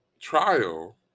trial